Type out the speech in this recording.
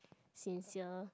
sincere